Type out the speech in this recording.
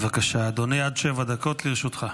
בבקשה, אדוני, עד שבע דקות לרשותך.